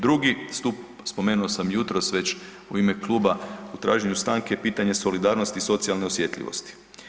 Drugi stup, spomenuo sam jutros već u ime kluba u traženju stanke pitanje solidarnosti i socijalne osjetljivosti.